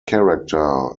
character